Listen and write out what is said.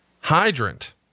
Hydrant